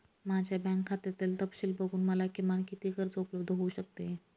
माझ्या बँक खात्यातील तपशील बघून मला किमान किती कर्ज उपलब्ध होऊ शकते?